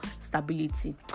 stability